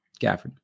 Gafford